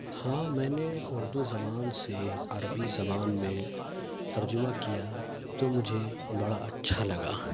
ہاں میں نے اردو زبان سے عربی زبان میں ترجمہ کیا تو مجھے بڑا اچھا لگا